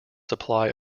supply